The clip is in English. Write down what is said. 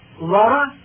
Laura